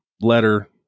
letter